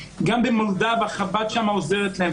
גם במולדובה חב"ד עוזרת להם שם,